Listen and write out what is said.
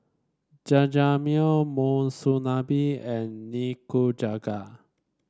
Jajangmyeon Monsunabe and Nikujaga